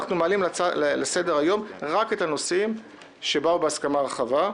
אנחנו מעלים לסדר היום רק את הנושאים שבאו בהסכמה רחבה.